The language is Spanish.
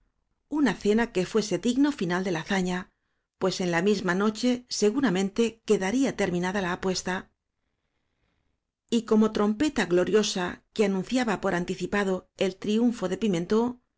una cena que fuese digno final de la hazaña pues en la misma noche seguramente queda ría terminada la apuesta y como trompeta gloriosa que anunciaba por anticipado el triunfo de pimentó